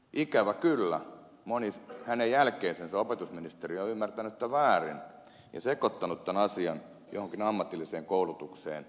ikävä kyllä moni hänen jälkeisensä opetusministeri on ymmärtänyt tämän väärin ja sekoittanut tämän asian johonkin ammatilliseen koulutukseen